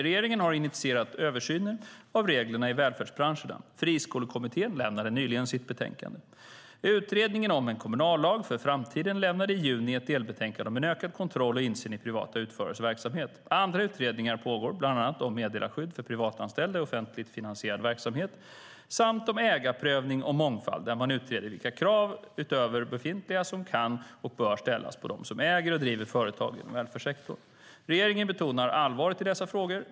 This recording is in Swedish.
Regeringen har initierat översyner av reglerna i välfärdsbranscherna. Friskolekommittén lämnade nyligen sitt betänkande. Utredningen om en kommunallag för framtiden lämnade i juni ett delbetänkande om ökad kontroll och insyn i privata utförares verksamhet. Andra utredningar pågår, bland annat om meddelarskydd för privatanställda i offentligt finansierad verksamhet och om ägarprövning och mångfald där man utreder vilka krav utöver befintliga som kan och bör ställas på dem som äger och driver företag inom välfärdssektorn. Regeringen betonar allvaret i dessa frågor.